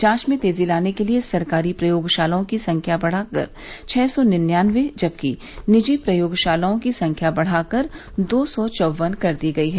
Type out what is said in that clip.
जांच में तेजी लाने के लिए सरकारी प्रयोगशालाओं की संख्या बढाकर छः सौ निन्यानबे जबकि निजी प्रयोगशालाओं की संख्या बढ़ाकर दो सौ चौवन कर दी गई है